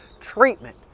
treatment